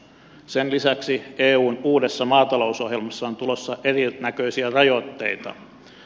sen lisäksi eun uudessa maatalousohjelmassa on tulossa erinäköisiä rajoitteita